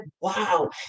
wow